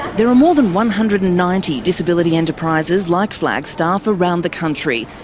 there are more than one hundred and ninety disability enterprises like flagstaff around the country,